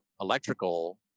electrical